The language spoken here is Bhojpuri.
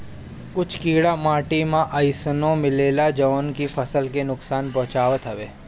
कुछ कीड़ा माटी में अइसनो मिलेलन जवन की फसल के नुकसान पहुँचावत हवे